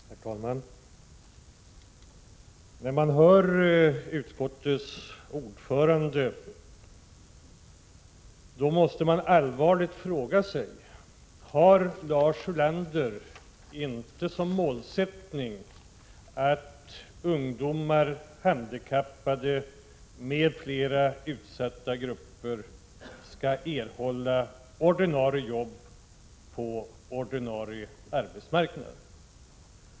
Herr talman! När man hör utskottets ordförande måste man allvarligt fråga sig: Har Lars Ulander inte som målsättning att ungdomar, handikappade och andra utsatta grupper skall erhålla ordinarie jobb på ordinarie arbetsmarknad?